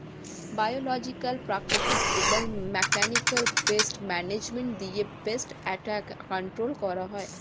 biological, প্রাকৃতিক এবং mechanical pest management দিয়ে পেস্ট অ্যাটাক কন্ট্রোল করা হয়